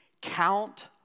count